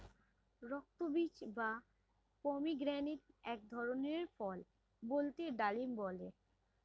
রক্তবীজ বা পমিগ্রেনেটক এক ধরনের ফল বাংলাতে ডালিম বলে